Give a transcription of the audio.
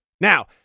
Now